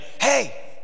hey